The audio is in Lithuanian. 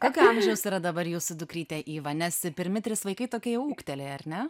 kokio amžiaus yra dabar jūsų dukrytė iva nes pirmi trys vaikai tokie jau ūgtelėję ar ne